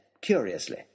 curiously